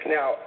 Now